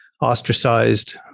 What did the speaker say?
ostracized